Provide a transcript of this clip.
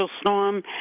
storm